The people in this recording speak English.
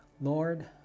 Lord